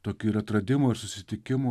tokį ir atradimo ir susitikimo